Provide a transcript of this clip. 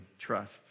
trust